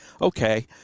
Okay